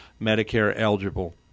Medicare-eligible